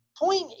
Point